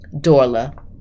Dorla